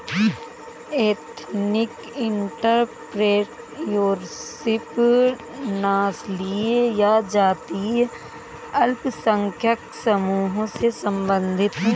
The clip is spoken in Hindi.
एथनिक एंटरप्रेन्योरशिप नस्लीय या जातीय अल्पसंख्यक समूहों से संबंधित हैं